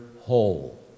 whole